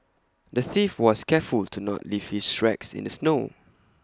the thief was careful to not leave his tracks in the snow